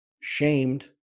shamed